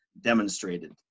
demonstrated